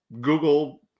Google